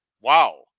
Wow